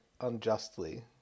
unjustly